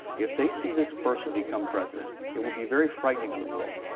if they see this person become president, it will be very frightening to the world.